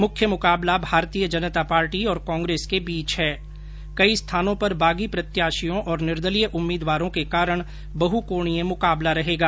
मुख्य मुकाबला भारतीय जनता पार्टी और कांग्रेस के बीच है कई स्थानों पर बागी प्रत्याशियों और निर्दलीय उम्मीदवारों के कारण बहकोणीय मुकाबला रहेगा